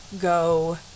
go